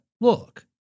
look